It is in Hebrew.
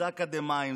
זה אקדמאים,